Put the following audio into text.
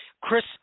Chris